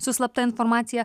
su slapta informacija